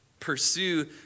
pursue